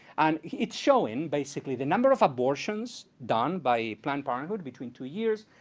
and it's showing, basically, the number of abortions done by planned parenthood between two years,